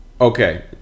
Okay